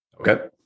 Okay